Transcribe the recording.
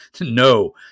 No